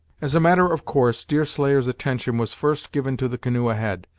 as a matter of course, deerslayer's attention was first given to the canoe ahead.